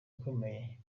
ikomeye